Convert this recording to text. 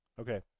okay